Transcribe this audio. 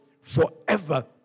forever